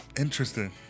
Interesting